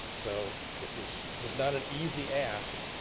so this is this is not and easy ask,